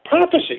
prophecy